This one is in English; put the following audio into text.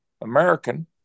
American